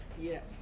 yes